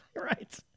Right